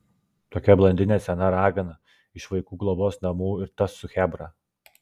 tokia blondinė sena ragana iš vaikų globos namų ir tas su chebra